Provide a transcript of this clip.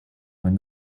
when